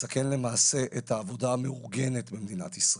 מסכן למעשה את העבודה המאורגנת במדינת ישראל.